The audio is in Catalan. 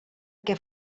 què